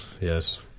Yes